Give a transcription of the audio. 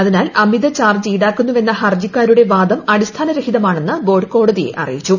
അതിനാൽ അമിത ചാർജ്ജ് ഈടാക്കുന്നുവെന്ന ഹർജിക്കാരുടെ വാദം അടിസ്ഥാന രഹിതമാണെന്ന് ബോർഡ് കോടതിയെ അറിയിച്ചു